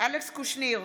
אלכס קושניר,